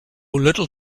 little